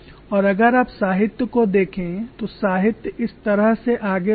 और अगर आप साहित्य को देखें तो साहित्य इस तरह से आगे बढ़ा है